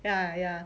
ya ya